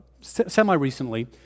semi-recently